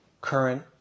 current